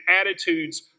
attitudes